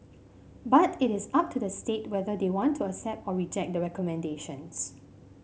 but it is up to the state whether they want to accept or reject the recommendations